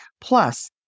Plus